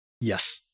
Yes